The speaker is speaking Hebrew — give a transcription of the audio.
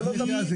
זה לא תפקידה.